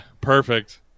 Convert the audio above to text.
perfect